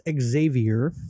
Xavier